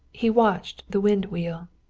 he watched the wind wheel.